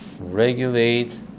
regulate